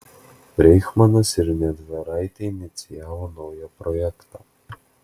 breichmanas ir niedvaraitė inicijavo naują projektą